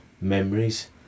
memories